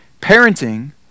parenting